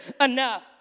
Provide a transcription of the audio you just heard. enough